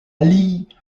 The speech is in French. lee